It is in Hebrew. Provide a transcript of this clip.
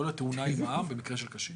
שלא טעון מע"מ במקרה של קשיש.